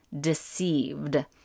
deceived